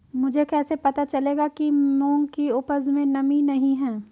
मुझे कैसे पता चलेगा कि मूंग की उपज में नमी नहीं है?